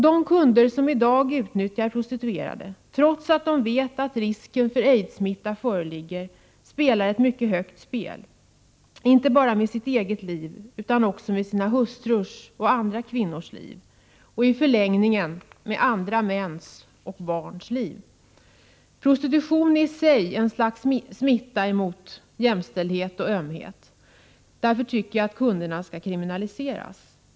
De kunder som i dag utnyttjar prostituerade, trots att de vet att risken för AIDS-smitta föreligger, spelar ett mycket högt spel, inte bara med sitt eget liv utan också med sina hustrurs och andra kvinnors liv — och i förlängningen med andra mäns och barns liv. Prostitutionen är i sig ett slags smitta mot jämställdhet, ömhet och ömsesidig sexualitet mellan män och kvinnor. Därför tycker jag att kunderna skall kriminaliseras.